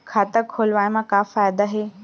खाता खोलवाए मा का फायदा हे